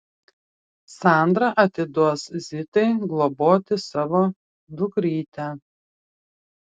sandra atiduos zitai globoti savo dukrytę